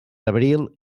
abril